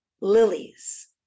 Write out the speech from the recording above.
lilies